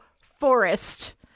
forest